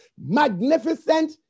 magnificent